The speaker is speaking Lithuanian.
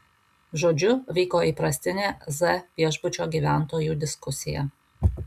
žodžiu vyko įprastinė z viešbučio gyventojų diskusija